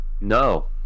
No